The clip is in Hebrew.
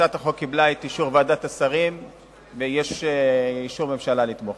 הצעת החוק קיבלה את אישור ועדת השרים ויש אישור הממשלה לתמוך בה.